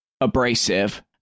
abrasive